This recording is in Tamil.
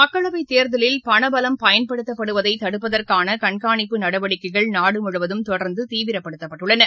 மக்களவை தேர்தலில் பண பலம் பயன்படுத்தப்படுவதை தடுப்பதற்கான கண்காணிப்பு நடவடிக்கைகள் நாடு முழுவதும் தொடர்ந்து தீவிரப்படுத்தப்பட்டுள்ளன